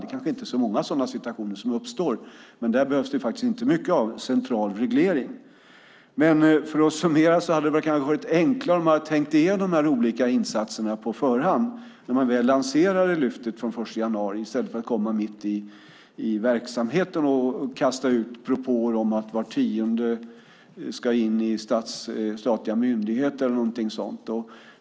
Det kanske inte uppstår så många sådana situationer. Där behövs ingen central reglering. För att summera vill jag säga att det hade varit enklare om man hade tänkt igenom de olika insatserna på förhand när man lanserade Lyft den 1 januari, i stället för att komma mitt i verksamheten och kasta ut propåer om att var tionde ska in i statliga myndigheter eller sådant.